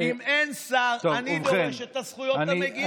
אם אין שר, אני דורש את הזכויות המגיעות לי.